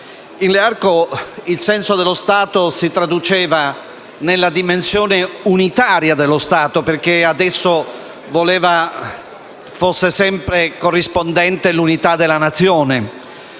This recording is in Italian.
il senso dello Stato si traduceva nella dimensione unitaria dello Stato, perché ad esso voleva fosse sempre corrispondente l'unità della Nazione,